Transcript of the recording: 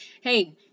Hey